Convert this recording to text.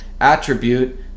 attribute